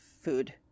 food